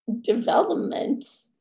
development